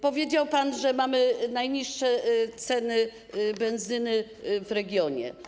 Powiedział pan, że mamy najniższe ceny benzyny w regionie.